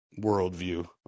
worldview